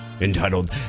Entitled